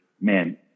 Man